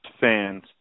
fans